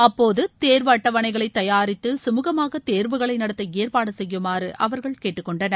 அப்போது தேர்வு அட்டவணைகளை தயாரித்து கமூகமாக தேர்வுகளை நடத்த ஏற்பாடு செய்யுமாறு அவர்கள் கேட்டுக்கொண்டனர்